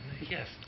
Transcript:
Yes